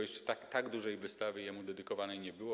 Jeszcze tak dużej wystawy jemu dedykowanej nie było.